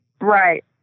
Right